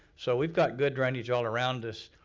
so we've got good drainage all around us.